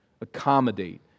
Accommodate